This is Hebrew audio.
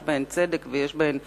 יש בהן צדק ויש בהן שוויון.